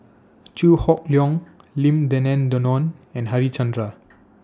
Chew Hock Leong Lim Denan Denon and Harichandra